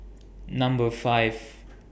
Number five